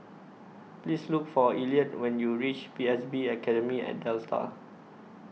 Please Look For Elliott when YOU REACH P S B Academy At Delta